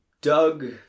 Doug